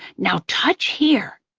now touch here.